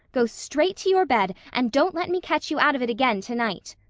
go straight to your bed and don't let me catch you out of it again tonight!